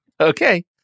Okay